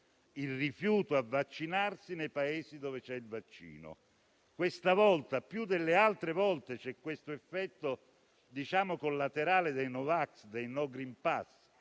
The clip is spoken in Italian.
il rifiuto a vaccinarsi nei Paesi dove c'è il vaccino. Questa volta, più delle altre, c'è l'effetto collaterale dei no vax e dei no *green pass*;